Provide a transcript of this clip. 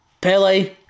Pele